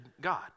God